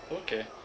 okay